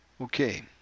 Okay